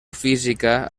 física